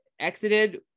exited